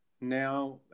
Now